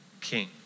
king